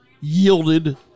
yielded